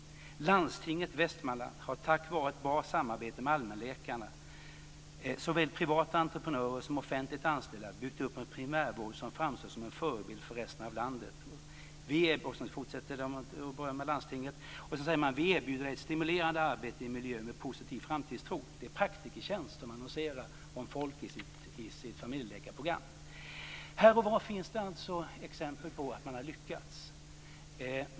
Landstinget Västmanland har tack vare ett bra samarbete med allmänläkarna, såväl privata entreprenörer som offentligt anställda, byggt upp en primärvård som framstår som en förebild för resten av landet. De fortsätter att berömma landstinget, och sedan säger man: Vi erbjuder dig ett stimulerande arbete i en miljö med positiv framtidstro. Det är Praktikertjänst som annonserar efter folk till sitt familjeläkarprogram. Här och var finns det alltså exempel på att man har lyckats.